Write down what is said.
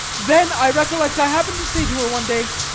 then i recollect i happened to say to her one day,